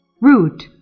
Root